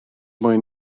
mwy